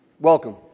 Welcome